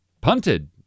punted